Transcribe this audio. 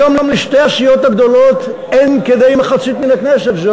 היום לשתי הסיעות הגדולות אין כדי מחצית מן הכנסת,